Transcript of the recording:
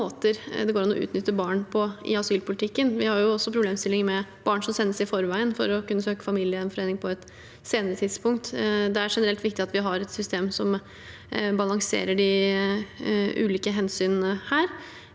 det går an å utnytte barn på i asylpolitikken. Vi har også problemstillingen med barn som sendes i forveien for å kunne søke familiegjenforening på et senere tidspunkt. Det er generelt viktig at vi har et system som balanserer de ulike hensynene her.